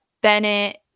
Bennett